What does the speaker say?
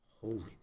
holiness